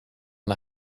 and